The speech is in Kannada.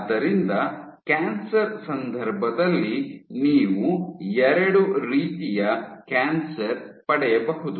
ಆದ್ದರಿಂದ ಕ್ಯಾನ್ಸರ್ ಸಂದರ್ಭದಲ್ಲಿ ನೀವು ಎರಡು ರೀತಿಯ ಕ್ಯಾನ್ಸರ್ ಪಡೆಯಬಹುದು